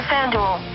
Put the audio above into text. FanDuel